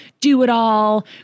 do-it-all